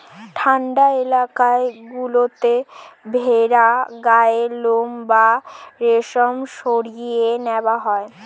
ঠান্ডা এলাকা গুলোতে ভেড়ার গায়ের লোম বা রেশম সরিয়ে নেওয়া হয়